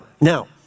now